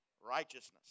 righteousness